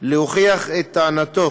להוכיח את טענתו